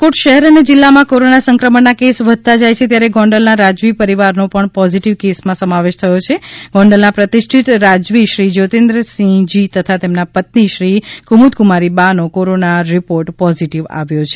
રાજકોટ શહેર અને જિલ્લામાં કોરોના સંક્રમણના કેસ વધતા જાય છે ત્યારે ગોંડલના રાજવી પરિવારનો પણ પોસીટીવ કેસમાં સમાવેશ થયો છે ગોંડલના પ્રતિષ્ઠિત રાજવી શ્રી જ્યોતીન્દ્ર સિંહજી તથા તેમના પત્ની શ્રી કુમુદ કુમારી બા નો કોરોનાનો રિપોર્ટ પોઝિટિવ આવ્યો છે